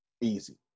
Easy